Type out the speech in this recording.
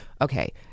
okay